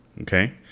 Okay